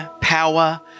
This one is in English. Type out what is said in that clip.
power